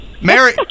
mary